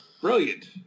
brilliant